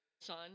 son